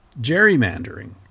Gerrymandering